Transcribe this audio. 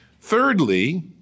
Thirdly